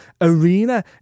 arena